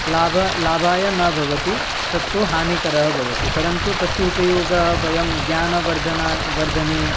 लाभ लाभाय न भवति तत्तु हानिकरः भवति परन्तु तस्य उपयोगाः वयं ज्ञानवर्धनाय वर्धने